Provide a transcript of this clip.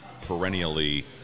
perennially